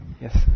Yes